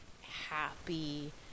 happy